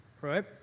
right